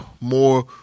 more